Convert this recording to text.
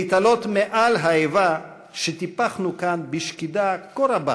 להתעלות מעל האיבה שטיפחנו כאן בשקידה כה רבה